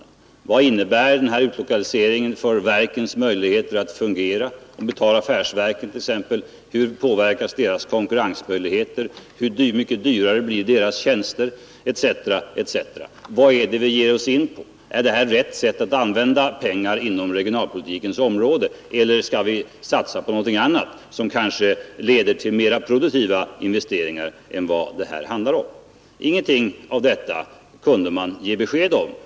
Man visste inte vad utlokaliseringen skulle innebära för verkens möjligheter att fungera, hur t.ex. affärsverksamhetens konkurrensmöjligheter skulle påverkas, hur mycket dyrare deras tjänster blir, etc. Man visste mycket litet om vad man gav sig in på — om det här var rätt sätt att använda pengarna inom regionalpolitikens område eller om man inte i stället kunde ha satsat på mera produktiva investeringar. Ingenting av detta kunde man ge besked om.